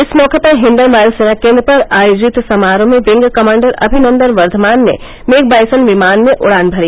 इस मौके पर हिंडन वायुसेना केन्द्र पर आयोजित समारोह में विंग कमांडर अभिनंदन वर्धमान ने मिग बाइसन विमान में उड़ान भरी